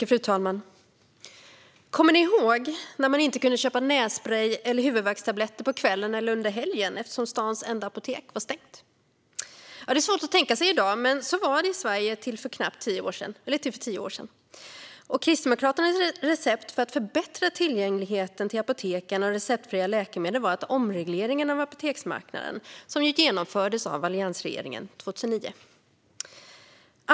Fru talman! Kommer ni ihåg när man inte kunde köpa nässprej eller huvudvärkstabletter på kvällen eller under helgen eftersom stadens enda apotek hade stängt? Det är svårt att tänka sig i dag, men så var det i Sverige till för tio år sedan. Kristdemokraternas recept för att förbättra tillgängligheten till apotek och receptfria läkemedel var omreglering av apoteksmarknaden, som genomfördes av alliansregeringen 2009.